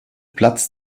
platz